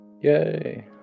Yay